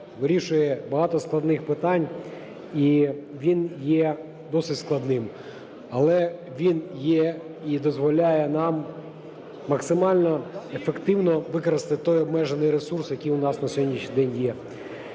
вирішує багато складних питань, і він є досить складним. Але він є і дозволяє нам максимально ефективно використати той обмежений ресурс, який у нас на сьогоднішній день є.